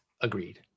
Agreed